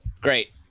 Great